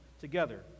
together